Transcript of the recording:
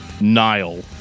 nile